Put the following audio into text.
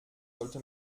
sollte